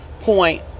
point